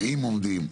אם עומדים,